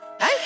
hey